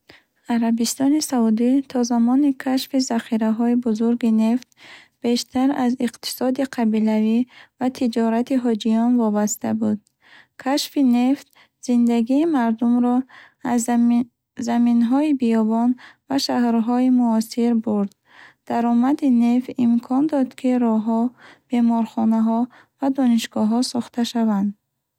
Арабистони Саудӣ то замони кашфи захираҳои бузурги нефт бештар аз иқтисоди қабилавӣ ва тиҷорати ҳоҷиён вобаста буд. Кашфи нефт зиндагии мардумро аз зами заминҳои биёбон ба шаҳрҳои муосир бурд. Даромади нефт имкон дод, ки роҳҳо, беморхонаҳо ва донишгоҳҳо сохта шаванд.